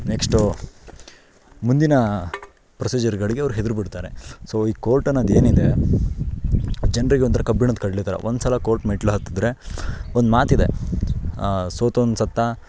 next ಮುಂದಿನ ಪ್ರೊಸೀಜರ್ಗಳಿಗೆ ಅವ್ರು ಹೆದ್ರಿಬಿಡ್ತಾರೆ ಸೊ ಈ ಕೋರ್ಟ್ ಅನ್ನೋದೇನಿದೆ ಜನ್ರಿಗೆ ಒಂಥರ ಕಬ್ಬಿಣದ ಕಡಲೆ ಥರ ಒಂದ್ಸಲ ಕೋರ್ಟ್ ಮೆಟ್ಲು ಹತ್ತಿದ್ರೆ ಒಂದು ಮಾತಿದೆ ಸೋತೋನು ಸತ್ತ